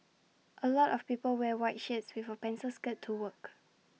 A lot of people wear white shirts with A pencil skirt to work